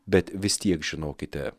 bet vis tiek žinokite